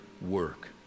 work